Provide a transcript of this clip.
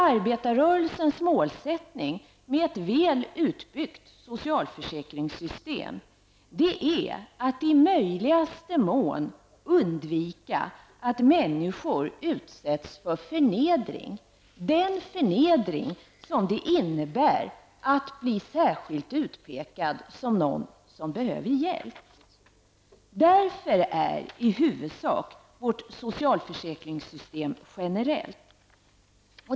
Arbetarrörelsens målsättning med ett väl utbyggt socialförsäkringssystem är att i möjligaste mån undvika att människor utsätts för förnedring -- den förnedring som det innebär att bli särskilt utpekad som någon som behöver hjälp. Därför är vårt socialförsäkringssystem i huvudsak generellt.